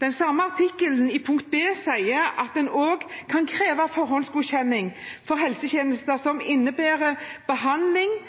Den samme artikkelen, punkt b, sier at en også kan kreve forhåndsgodkjenning for helsetjenester som innebærer behandling